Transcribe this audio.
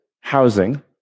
housing